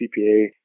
CPA